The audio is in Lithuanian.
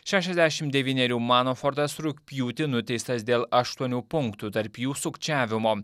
šešiasdešim devynerių manafortas rugpjūtį nuteistas dėl aštuonių punktų tarp jų sukčiavimo